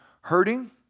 hurting